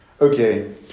Okay